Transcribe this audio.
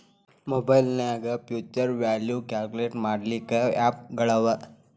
ಮಒಬೈಲ್ನ್ಯಾಗ್ future value calculate ಮಾಡ್ಲಿಕ್ಕೆ app ಗಳವ